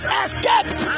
escaped